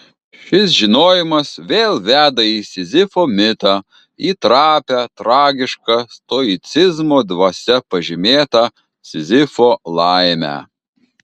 šis žinojimas vėl veda į sizifo mitą į trapią tragišką stoicizmo dvasia pažymėtą sizifo laimę